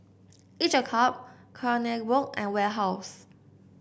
each a cup Kronenbourg and Warehouse